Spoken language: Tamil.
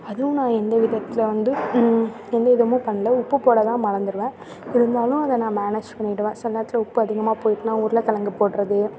அதுவும் நான் எந்த விதத்தில் வந்து எந்த விதமும் பண்ணல உப்பு போட தான் மறந்திருவேன் இருந்தாலும் அதை நான் மேனேஜ் பண்ணிவிடுவேன் சில நேரத்தில் உப்பு அதிகமாக போயிட்னால் உருளக்கிலங்கு போடுறது